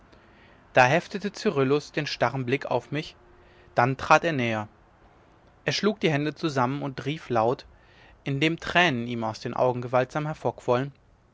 da heftete cyrillus den starren blick auf mich dann trat er näher er schlug die hände zusammen und rief laut indem tränen ihm aus den augen gewaltsam